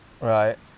Right